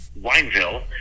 Wineville